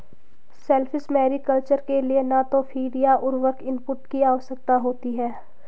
shellfish mariculture के लिए न तो फ़ीड या उर्वरक इनपुट की आवश्यकता होती है